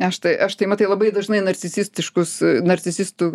aš tai aš tai matai labai dažnai narcisistiškus narcisistų